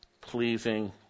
pleasing